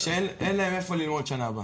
שאין להם איפה ללמוד בשנה הבאה.